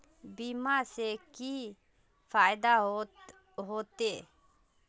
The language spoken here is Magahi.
बीमा से की फायदा होते?